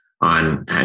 on